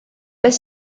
best